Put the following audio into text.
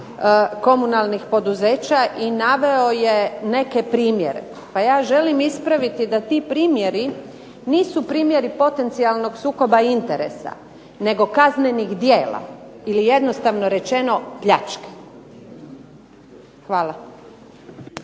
komunalnih poduzeća i naveo je neke primjere. Ja želim reći da ti primjeri nisu potencijalnog sukoba interesa nego kaznenih djela, ili jednostavno rečeno pljačke. Hvala.